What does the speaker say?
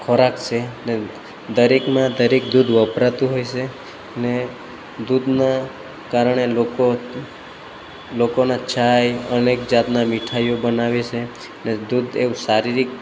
ખોરાક છે ને દરેકમાં ને દરેકમાં દૂધ વપરાતું હોય છે ને દૂધનાં કારણે લોકો લોકોનાં ચા અનેક જાતના મીઠાઈઓ બનાવે છે અને દૂધ એવું શારીરિક